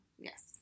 Yes